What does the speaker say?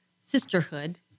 sisterhood